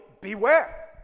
beware